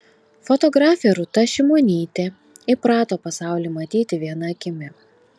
fotografė rūta šimonytė įprato pasaulį matyti viena akimi